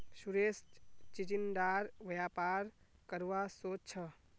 सुरेश चिचिण्डार व्यापार करवा सोच छ